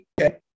Okay